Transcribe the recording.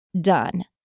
done